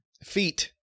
feet